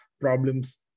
problems